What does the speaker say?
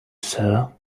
sir